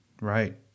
right